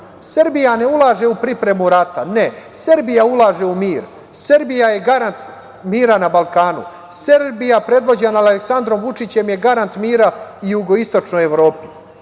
ne ulaže u pripremu rata, ne. Srbija ulaže u mir. Srbija je garant mira na Balkanu. Srbija predvođena Aleksandrom Vučićem je garant mira u jugoistočnoj Evropi.